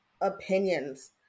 Opinions